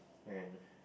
and